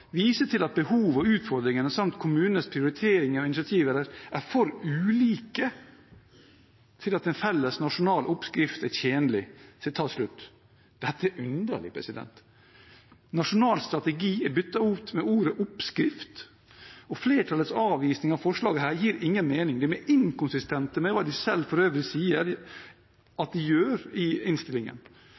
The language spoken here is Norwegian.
viser til at «behovet og utfordringene samt kommunenes prioriteringer og initiativer er for ulike til at en felles nasjonal oppskrift er tjenlig». Dette er underlig. «Nasjonal strategi» er byttet ut med ordet «oppskrift», og flertallets avvisning av forslaget gir ingen mening. Det er inkonsistent med hva de selv for øvrig sier at de gjør i innstillingen.